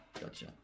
Gotcha